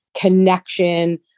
connection